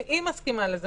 אם היא מסכימה לזה.